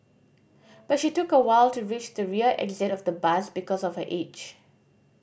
but she took a while to reach the rear exit of the bus because of her age